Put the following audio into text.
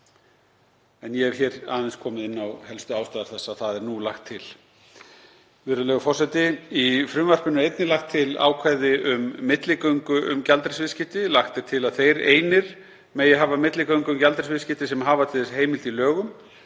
Ég hef komið inn á helstu ástæður þess að það er nú lagt til. Virðulegur forseti. Í frumvarpinu er einnig lagt til ákvæði um milligöngu um gjaldeyrisviðskipti. Lagt er til að þeir einir megi hafa milligöngu um gjaldeyrisviðskipti sem hafa til þess heimild í lögum.